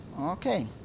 Okay